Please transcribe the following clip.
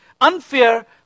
unfair